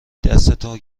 دستتو